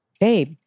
babe